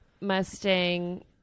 Mustang